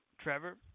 Trevor